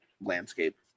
landscape